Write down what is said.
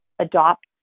adopt